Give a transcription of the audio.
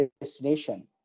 destination